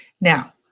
Now